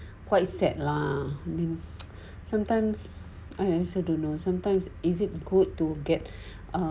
quite sad lah mean sometimes I also don't know sometimes is it good to get